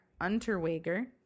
Unterweger